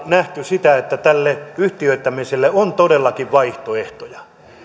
nähty sitä että tälle yhtiöittämiselle on todellakin vaihtoehtoja